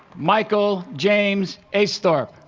michael james aisthorpe